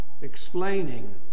explaining